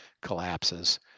collapses